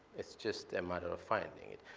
it's just a matter of finding it.